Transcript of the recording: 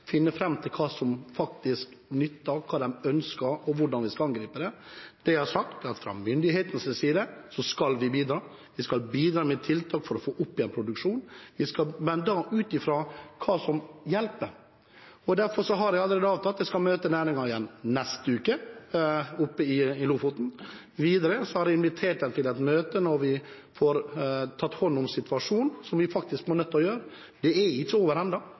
finne fram til hva som nytter, hva de ønsker, og hvordan vi skal angripe det. Det jeg har sagt, er at fra myndighetenes side skal vi bidra. Vi skal bidra med tiltak for å få opp igjen produksjonen, men da ut fra hva som hjelper. Derfor har jeg allerede avtalt at jeg skal møte næringen igjen i neste uke, oppe i Lofoten. Videre har jeg invitert dem til et møte når vi har fått tatt hånd om situasjonen, som vi er nødt til å gjøre. Det er ikke